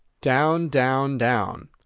down, down, down.